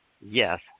yes